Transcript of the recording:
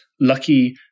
Lucky